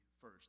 first